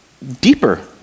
deeper